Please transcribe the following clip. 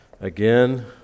again